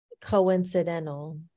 coincidental